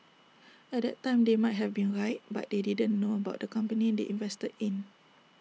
at that time they might have been right but they didn't know about the company they invested in